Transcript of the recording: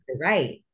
Right